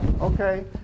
Okay